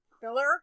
filler